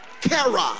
Kara